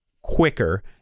quicker